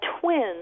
twins